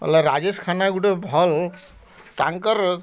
ବୋଲେ ରାଜେଶ୍ ଖାନା ଗୁଟେ ଭଲ୍ ତାଙ୍କର୍